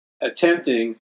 attempting